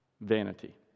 vanity